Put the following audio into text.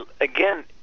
Again